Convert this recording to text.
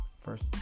First